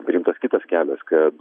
priimtas kitas kelias kad